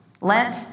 Lent